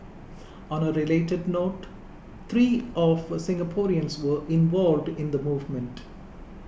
on a related note three of Singaporeans were involved in the movement